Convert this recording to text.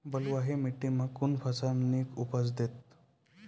बलूआही माटि मे कून फसल नीक उपज देतै?